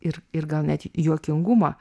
ir ir gal net juokingumą